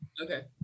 Okay